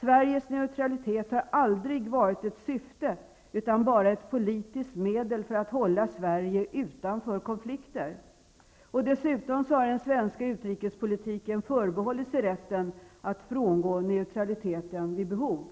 Sveriges neutralitet har aldrig varit ett syfte utan endast ett politiskt medel för att hålla Sverige utanför konflikter. Dessutom har den svenska utrikespolitiken förbehållit sig rätten att frångå neutraliteten vid behov.